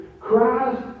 Christ